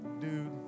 dude